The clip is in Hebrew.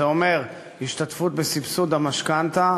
זה אומר השתתפות בסבסוד המשכנתה,